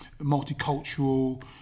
multicultural